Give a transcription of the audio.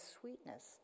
sweetness